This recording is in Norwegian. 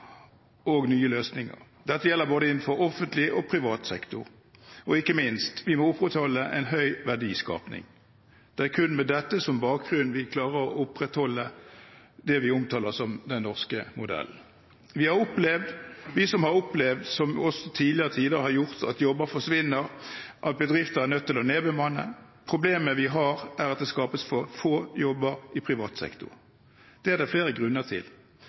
finne nye løsninger. Dette gjelder innenfor både offentlig og privat sektor. Og ikke minst: Vi må opprettholde en høy verdiskaping. Det er kun med dette som bakgrunn vi klarer å opprettholde det vi omtaler som den norske modellen. Vi har opplevd også i tidligere tider at jobber forsvinner, og at bedrifter er nødt til å nedbemanne. Problemet vi har, er at det skapes for få jobber i privat sektor. Det er det flere grunner til,